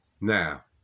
Now